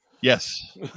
Yes